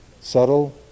subtle